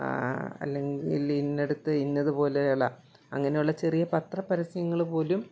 അല്ലെങ്കിൽ ഇന്നടത്ത് ഇന്നതുപോലെയുള്ള അങ്ങനെയുള്ള ചെറിയ പത്രപരസ്യങ്ങൾ പോലും